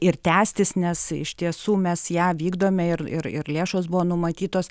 ir tęstis nes iš tiesų mes ją vykdome ir ir ir lėšos buvo numatytos